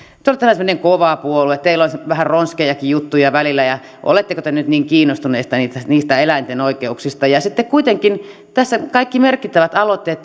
te olette vähän semmoinen kova puolue teillä on vähän ronskejakin juttuja välillä ja oletteko te nyt niin kiinnostuneita niistä niistä eläinten oikeuksista sitten kuitenkin tälläkin hetkellä kaikki merkittävät aloitteet